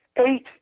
eight